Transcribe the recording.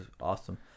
awesome